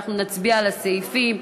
אנחנו נצביע על הסעיפים.